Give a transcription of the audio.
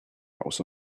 was